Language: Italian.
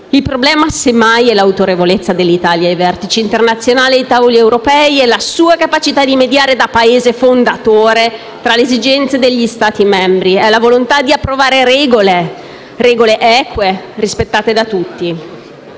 Il problema, semmai, è l'autorevolezza dell'Italia ai vertici internazionali e ai tavoli europei; è la sua capacità di mediare - da Paese fondatore - tra le esigenze degli Stati membri; è la volontà di approvare regole eque e rispettate da tutti.